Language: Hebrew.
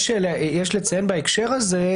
יש לציין בהקשר הזה,